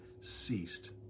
ceased